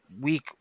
week